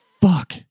fuck